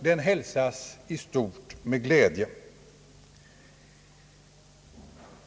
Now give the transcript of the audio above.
Den hälsas i stort sett med glädje.